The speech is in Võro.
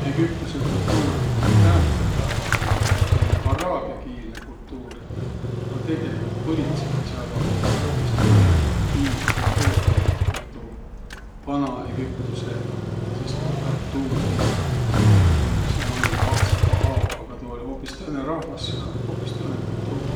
Egüptüse kultuur um täämbädsel pääväl um tuu jo sääne araabiakiilne kultuur, a tegeligult põlitsõhe sääl um jo hoobis tõõnõ kiil ja kultuur olnuq. Kõik tuu Vana-Egüptüse ja sis tu- päält tuud viil miä sääl olľ, vahtsõmbaq aoq, aga tuu oll' hoobis tõõnõ rahvas ja hoobis tõõnõ kultuur.